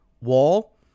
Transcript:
wall